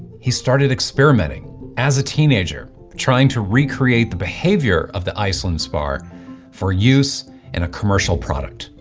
he started experimenting as a teenager trying to recreate the behavior of the iceland spar for use in a commercial product.